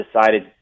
decided